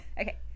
Okay